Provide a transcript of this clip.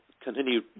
continue